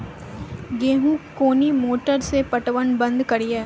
गेहूँ कोनी मोटर से पटवन बंद करिए?